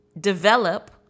develop